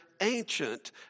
ancient